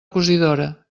cosidora